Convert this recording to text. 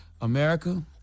America